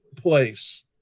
place